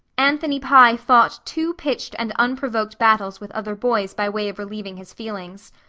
anthony pye fought two pitched and unprovoked battles with other boys by way of relieving his feelings.